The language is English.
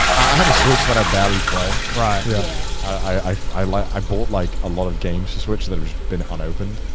i have a switch that i barely play. right? yeah. i like i bought like a lot of games to switch that have just been unopened.